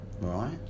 Right